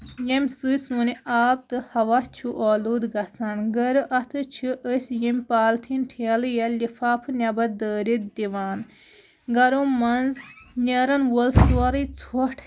ییٚمہِ سۭتۍ سون یہِ آب تہٕ ہوا چھُ آلوٗدٕ گژھان گرٕ اَتھٕ چھِ أسۍ یِم پالتھیٖن ٹھیلہٕ یا لِفافہٕ نیبر دٲرِتھ دِوان گرو منٛز نیرن وول سورُے ژوٚٹھ